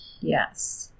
Yes